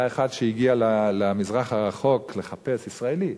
היה אחד שהגיע למזרח הרחוק, לחפש, ישראלי,